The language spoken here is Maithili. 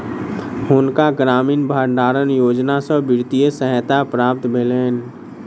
हुनका ग्रामीण भण्डारण योजना सॅ वित्तीय सहायता प्राप्त भेलैन